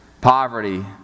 poverty